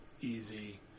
easy